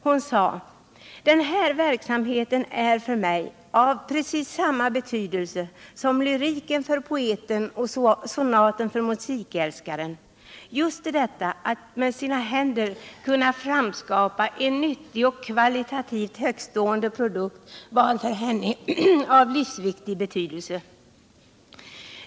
Hon sade att den här verksamheten är av samma betydelse för henne som lyriken för poeten och sonaten för musikälskaren. Just detta att med sina händer kunna framskapa en nyttig och kvalitativt högtstående produkt var för henne av livsviktig betydelse.